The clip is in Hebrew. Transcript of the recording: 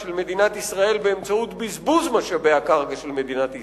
של מדינת ישראל באמצעות בזבוז משאבי הקרקע של מדינת ישראל.